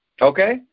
Okay